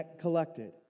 collected